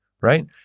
right